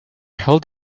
held